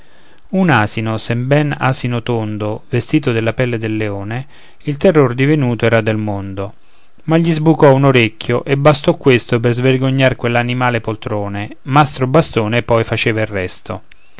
un asino sebben asino tondo vestito della pelle del leone il terror divenuto era del mondo ma gli sbucò un orecchio e bastò questo per svergognar quell'animal poltrone mastro bastone poi faceva il resto